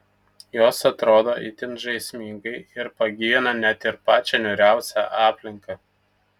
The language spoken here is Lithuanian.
jos atrodo itin žaismingai ir pagyvina net ir pačią niūriausią aplinką